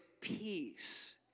peace